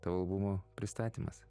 tavo albumo pristatymas